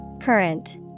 Current